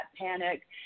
panic